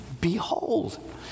Behold